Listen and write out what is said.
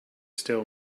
still